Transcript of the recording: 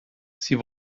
sie